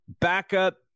Backup